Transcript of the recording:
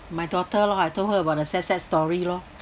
my daughter lor I told her about the sad sad story lor